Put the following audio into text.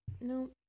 No